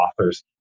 authors